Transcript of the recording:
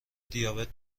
دیابت